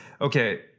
okay